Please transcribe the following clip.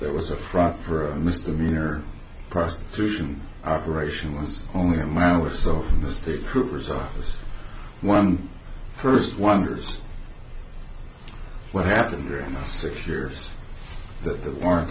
that was a front for a misdemeanor prostitution operation was only a mile or so from the state troopers office one first wonders what happened during the six years that the